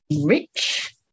rich